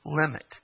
limit